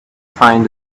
find